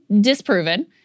disproven